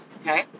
okay